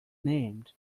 named